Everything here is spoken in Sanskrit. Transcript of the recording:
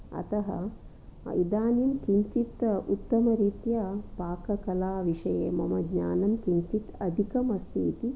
अतः इदानीं किञ्चित् उत्तमरीत्या पाककला विषये मम ज्ञानं किञ्चित् अधिकमस्ति इति